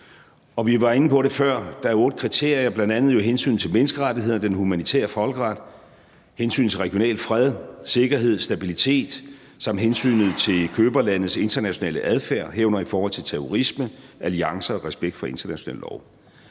Vi var inde på det før: Der er otte kriterier, bl.a. jo hensynet til menneskerettighederne, den humanitære folkeret, hensynet til regional fred, sikkerhed, stabilitet samt hensynet til køberlandets internationale adfærd, herunder i forhold til terrorisme, alliancer og respekt for international lov.